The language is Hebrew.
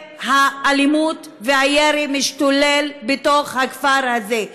האלימות והירי משתוללים בתוך הכפר הזה.